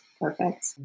perfect